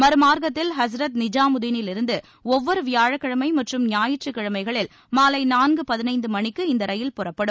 மறுமார்க்கத்தில் ஹஸ்ரத் நிஜாமுதினிலிருந்து ஒவ்வொரு வியாழக்கிழமை மற்றும் ஞாயிற்றுக்கிழமைகளில் மாலை நான்கு பதினைந்து மணிக்கு இந்த ரயில் புறப்படும்